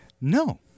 No